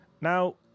Now